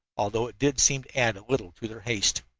although it did seem to add a little to their haste.